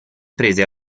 prese